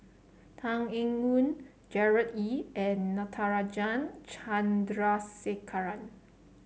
Tan Eng Yoon Gerard Ee and Natarajan Chandrasekaran